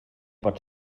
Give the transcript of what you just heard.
pot